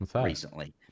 recently